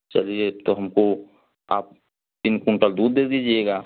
चलिए तो हमको आप तीन कुंटल दूध दे दीजिएगा